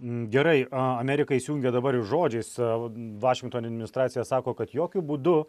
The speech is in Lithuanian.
gerai amerika įsijungė dabar ir žodžiais vašingtone administracija sako kad jokiu būdu